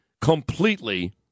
completely